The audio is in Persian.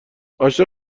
عاشق